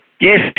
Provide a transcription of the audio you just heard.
Yes